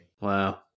Wow